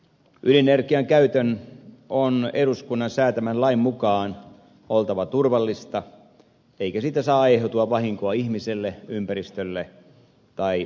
ydinenergian käytön on eduskunnan säätämän lain mukaan oltava turvallista eikä siitä saa aiheutua vahinkoa ihmiselle ympäristölle tai omaisuudelle